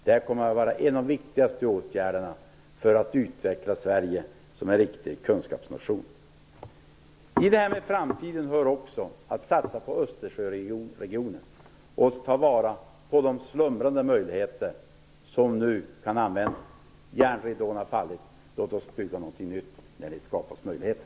Det kommer att vara en av de viktigaste åtgärderna för att utveckla Sverige som en kunskapsnation. Till bilden av framtiden hör också att satsa på Östersjöregionen och ta vara på de slumrande möjligheter som nu kan användas. Järnridån har fallit. Låt oss bygga någonting nytt när det skapas möjligheter.